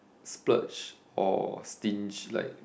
splurge or stinge like